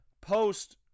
post